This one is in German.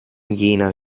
jener